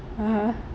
(uh huh)